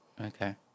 Okay